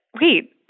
wait